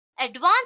advanced